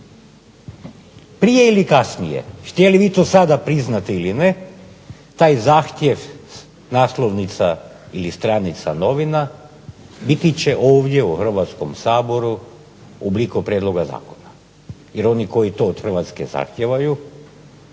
Prije ili kasnije, htjeli vi to sada priznati ili ne, taj zahtjev s naslovnica ili stranica novina biti će ovdje u Hrvatskom saboru u obliku prijedloga zakona. Jer oni koji to od Hrvatske zahtijevaju